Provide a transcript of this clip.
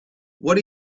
what